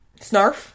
Snarf